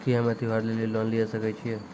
की हम्मय त्योहार लेली लोन लिये सकय छियै?